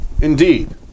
Indeed